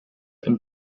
and